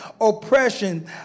oppression